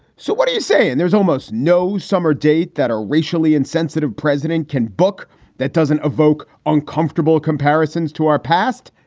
so what are you saying? there's almost no summer date that a racially insensitive president can book that doesn't evoke uncomfortable comparisons to our past.